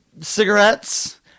cigarettes